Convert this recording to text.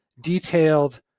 detailed